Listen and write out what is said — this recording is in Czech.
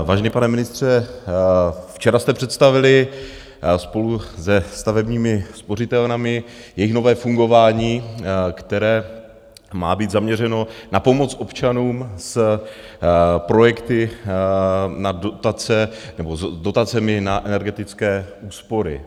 Vážený pane ministře, včera jste představili spolu se stavebními spořitelnami jejich nové fungování, které má být zaměřeno na pomoc občanům s projekty s dotacemi na energetické úspory.